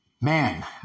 man